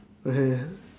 okay